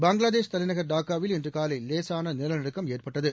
பங்களாதேஷ் தலைநகர் டாக்காவில் இன்று காலை லேசான நிலநடுக்கம் ஏற்பட்டது